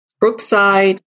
Brookside